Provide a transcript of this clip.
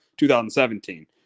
2017